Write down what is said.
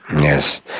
yes